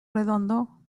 redondo